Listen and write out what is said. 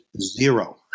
zero